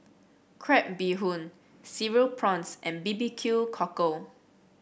Crab Bee Hoon Cereal Prawns and B B Q Cockle